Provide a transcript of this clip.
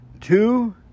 Two